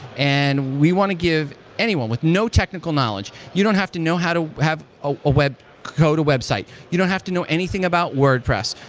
and we want to give anyone with no technical knowledge. you don't have to know how to have ah a web code a website. you don't have to know anything about wordpress.